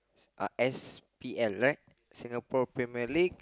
uh S_P_L right Singapore-Premier-League